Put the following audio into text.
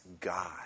God